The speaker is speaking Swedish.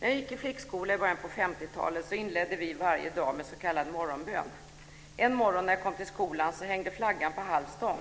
När jag gick i flickskola i början på 50-talet inledde vi varje dag med s.k. morgonbön. En morgon när jag kom till skolan hängde flaggan på halv stång.